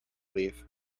leave